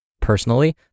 Personally